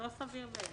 זה לא סביר בעיני.